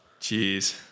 Jeez